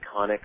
iconic